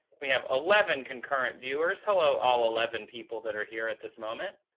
we have eleven concurrent viewers. hello, all eleven people that are here at this moment.